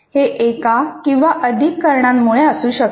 हे एका किंवा अधिक कारणांमुळे असू शकते